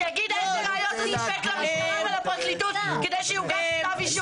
שיגיד איזה ראיות הוא סיפק למשטרה ולפרקליטות כדי שיוגש כתב אישום.